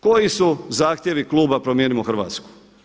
Koji su zahtjevi kluba Promijenimo Hrvatsku?